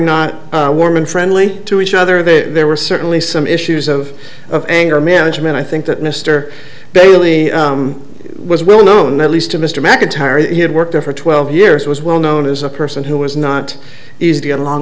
not warm and friendly to each other there were certainly some issues of of anger management i think that mr bailey was well known at least to mr mcintyre he had worked there for twelve years was well known as a person who was not easy to get along